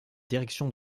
direction